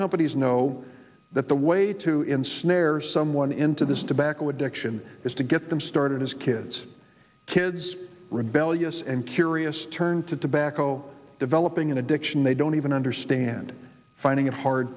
companies know that the way to ensnare someone into this tobacco addiction is to get them started as kids kids rebellious and curious turned to tobacco developing an addiction they don't even understand finding it hard